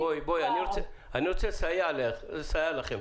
אני רוצה לסייע לכם.